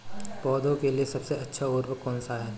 पौधों के लिए सबसे अच्छा उर्वरक कौनसा हैं?